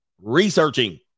researching